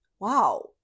wow